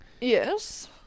Yes